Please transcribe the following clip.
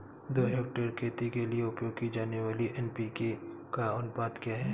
दो हेक्टेयर खेती के लिए उपयोग की जाने वाली एन.पी.के का अनुपात क्या है?